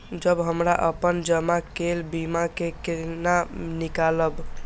जब हमरा अपन जमा केल बीमा के केना निकालब?